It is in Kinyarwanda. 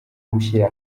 gushyira